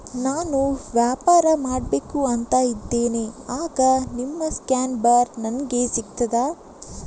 ನಾನು ವ್ಯಾಪಾರ ಮಾಡಬೇಕು ಅಂತ ಇದ್ದೇನೆ, ಆಗ ನಿಮ್ಮ ಸ್ಕ್ಯಾನ್ ಬಾರ್ ನನಗೆ ಸಿಗ್ತದಾ?